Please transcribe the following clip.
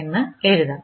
എന്ന് എഴുതാം